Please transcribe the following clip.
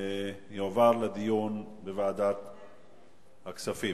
תועבר לדיון בוועדת הכספים.